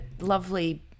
lovely